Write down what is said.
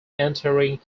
entering